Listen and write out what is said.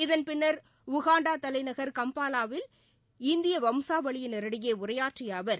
இதன்பின்னர் உகாண்டா தலைநகர் கம்பாலாவில் இந்திய வம்சாவளியினரிடையே உரையாற்றிய அவர்